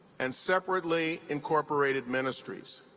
and separately incorporated ministries.